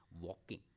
Walking